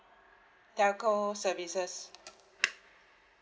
telco services